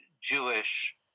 Jewish